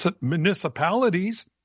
municipalities